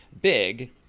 Big